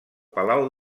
palau